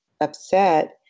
upset